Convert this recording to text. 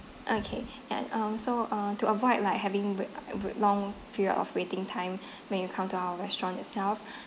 okay and uh also uh to avoid like having wai~ wai~ long period of waiting time when you come to our restaurant itself